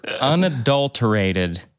unadulterated